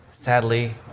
Sadly